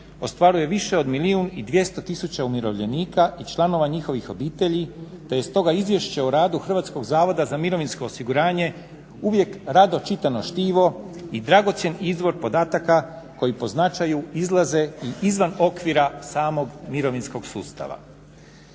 ostvaruje više od milijun i 200 tisuća umirovljenika i članova njihovih obitelji te je stoga Izvješće o radu HZMO-a uvijek rado čitano štivo i dragocjen izvor podataka koji po značaju izlaze i izvan okvira samog mirovinskog sustava.